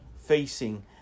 facing